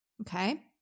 Okay